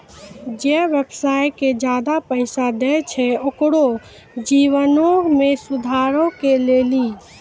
जे व्यवसाय के ज्यादा पैसा दै छै ओकरो जीवनो मे सुधारो के लेली